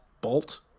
bolt